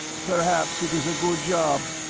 perhaps it is a good job.